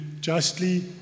justly